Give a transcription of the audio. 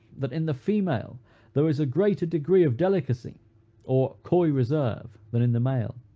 that in the female there is a greater degree of delicacy or coy reserve than in the male.